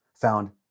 found